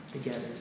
together